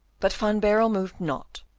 but van baerle moved not,